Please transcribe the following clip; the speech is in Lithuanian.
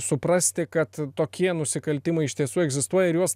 suprasti kad tokie nusikaltimai iš tiesų egzistuoja ir juos